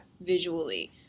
visually